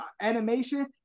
animation